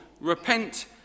repent